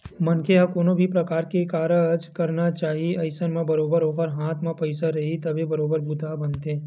मनखे ह कोनो भी परकार के कारज करना चाहय अइसन म बरोबर ओखर हाथ म पइसा रहिथे तभे बरोबर बूता ह बनथे